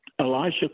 Elijah